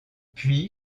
puis